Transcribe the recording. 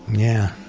yeah.